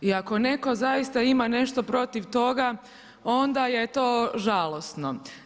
I ako netko zaista ima nešto protiv toga onda je to žalosno.